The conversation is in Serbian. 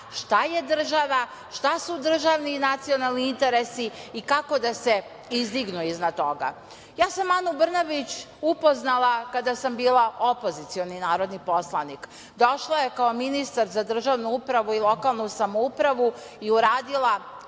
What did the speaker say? šta je država, šta su državni i nacionalni interesi i kako da se izdignu iznad toga. Ja sam Anu Brnabić upoznala kada sam bila opozicioni narodni poslanik. Došla je kao ministar za državnu upravu i lokalnu samoupravu i uradila